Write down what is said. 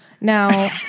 Now